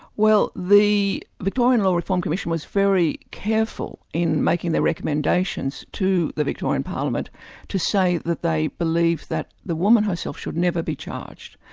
well the victorian law reform commission was very careful in making the recommendations to the victorian parliament to say that they believe that the woman herself should never be charged.